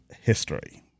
history